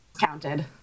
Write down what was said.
counted